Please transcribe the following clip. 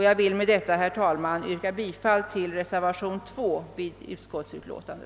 Jag vill med dessa ord, herr talman, yrka bifall till reservation 2 i utskottets utlåtande.